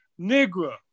Negro